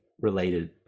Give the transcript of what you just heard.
related